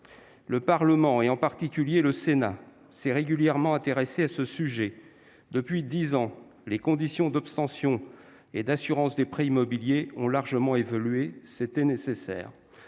Le Parlement, en particulier le Sénat, s'est régulièrement intéressé à ce sujet. Depuis dix ans, les conditions d'obtention et d'assurance des prêts immobiliers ont largement évolué. C'était nécessaire.